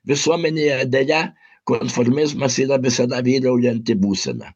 visuomenėje deja konformizmas yra visada vyraujanti būsena